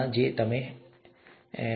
આને એકલા છોડી દો